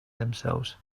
themselves